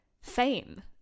fame